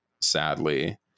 Sadly